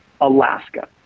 Alaska